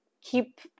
keep